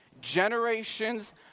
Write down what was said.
Generations